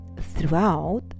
throughout